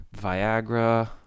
Viagra